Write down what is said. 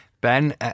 Ben